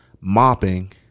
mopping